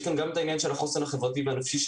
יש גם את העניין של החוסן החברתי והנפשי,